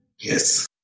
Yes